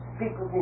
people